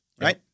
right